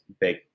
big